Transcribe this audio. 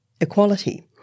equality